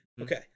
Okay